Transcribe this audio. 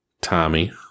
Tommy